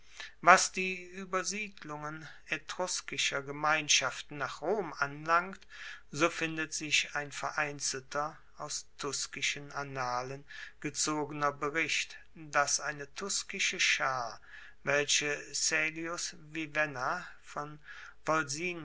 was die uebersiedlungen etruskischer gemeinschaften nach rom anlangt so findet sich ein vereinzelter aus tuskischen annalen gezogener bericht dass eine tuskische schar welche caelius vivenna von